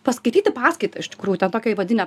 paskaityti paskaitą iš tikrųjų ten tokią įvadinę